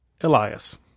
Elias